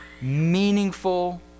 meaningful